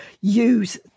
use